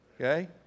Okay